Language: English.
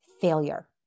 failure